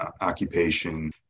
occupation